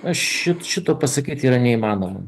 aš šito pasakyti yra neįmanoma